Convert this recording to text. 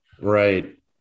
Right